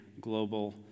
global